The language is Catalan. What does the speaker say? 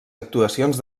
actuacions